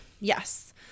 yes